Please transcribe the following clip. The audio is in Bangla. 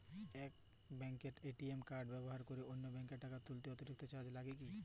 এক ব্যাঙ্কের এ.টি.এম কার্ড ব্যবহার করে অন্য ব্যঙ্কে টাকা তুললে অতিরিক্ত চার্জ লাগে কি?